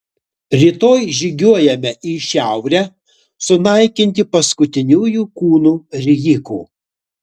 rytoj žygiuojame į šiaurę sunaikinti paskutiniųjų kūnų rijikų